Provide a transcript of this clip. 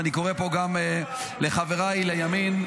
ואני קורא פה גם לחבריי לימין,